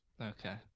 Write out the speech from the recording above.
Okay